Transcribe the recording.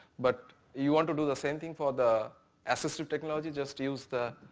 but you want to do the same thing for the assistive technology, just use the